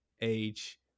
age